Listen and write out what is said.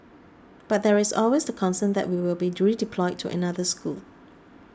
but there is always the concern that we will be redeployed to another school